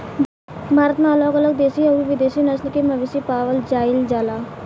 भारत में अलग अलग देशी अउरी विदेशी नस्ल के मवेशी पावल जाइल जाला